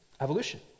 Evolution